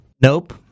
nope